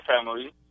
family